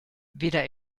weder